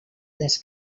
les